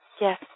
Yes